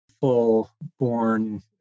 full-born